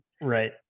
right